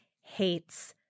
hates